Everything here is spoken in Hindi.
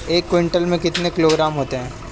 एक क्विंटल में कितने किलोग्राम होते हैं?